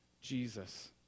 Jesus